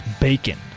bacon